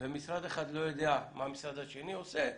ומשרד אחד לא יודע מה המשרד השני עושה.